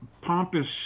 pompous